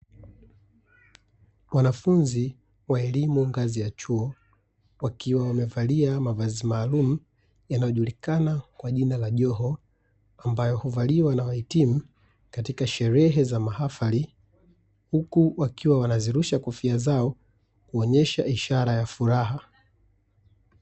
Wanafunzi wa elimu ngazi ya chuo, wakiwa wamevalia mavazi maalumu yanayojulikana kwa jina la joho ambayo huvaliwa na wahitimu katika sherehe za mahafali, huku wakiwa wanazirusha kofia zao kuonyesha ishara ya furaha.